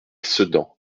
sedan